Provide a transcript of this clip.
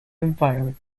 environment